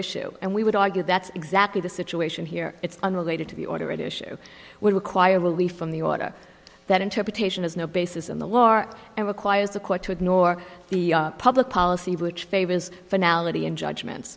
issue and we would argue that's exactly the situation here it's unrelated to the order at issue would require relief from the order that interpretation has no basis in the war and requires the court to ignore the public policy which favors finalmente in judgment